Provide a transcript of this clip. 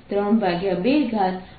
32Rdϕdzલખી શકું છું